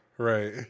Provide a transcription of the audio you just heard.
Right